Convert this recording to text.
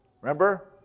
remember